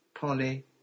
Polly